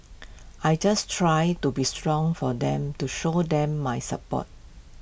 I just try to be strong for them to show them my support